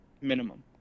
Minimum